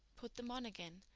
put them on again,